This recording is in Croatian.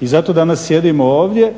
I zato danas sjedimo ovdje